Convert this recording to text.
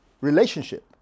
relationship